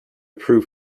proof